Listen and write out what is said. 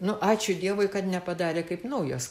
nu ačiū dievui kad nepadarė kaip naujos